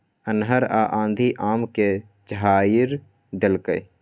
अन्हर आ आंधी आम के झाईर देलकैय?